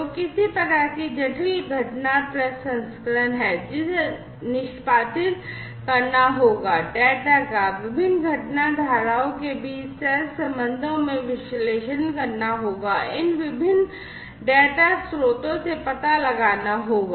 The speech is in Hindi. तो किसी प्रकार की जटिल घटना प्रसंस्करण है जिसे निष्पादित करना होगा डेटा का विभिन्न घटना धाराओं के बीच सहसंबंधों में विश्लेषण करना होगा इन विभिन्न डेटा स्रोतों से पता लगाना होगा